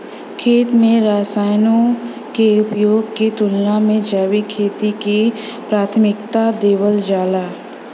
खेती में रसायनों के उपयोग के तुलना में जैविक खेती के प्राथमिकता देवल जाला